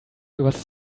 was